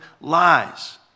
lies